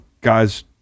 Guy's